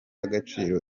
agaciro